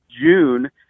June